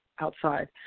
outside